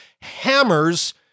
hammers